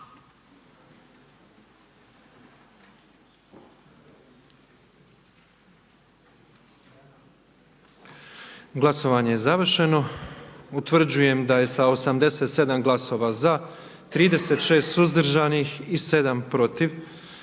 Glasovanje je završeno. Utvrđujem da je sa 82 glasa za, 27 suzdržanih i 7 protiv